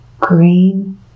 green